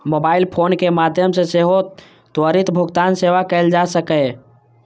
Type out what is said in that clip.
mobile phone के माध्यम सं सेहो त्वरित भुगतान सेवा कैल जा सकैए